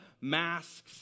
masks